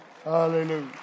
Hallelujah